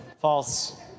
false